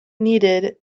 needed